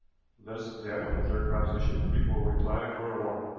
let us examine the third proposition before we apply for a warrant,